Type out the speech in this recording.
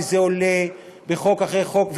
וזה עולה בחוק אחרי חוק,